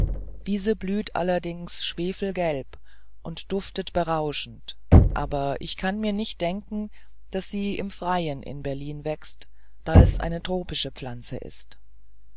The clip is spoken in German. diese blüht allerdings schwefelgelb und duftet berauschend aber ich kann mir nicht denken daß sie im freien in berlin wächst da es eine tropische pflanze ist